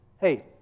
hey